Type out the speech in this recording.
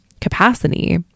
capacity